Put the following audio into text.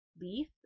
leaf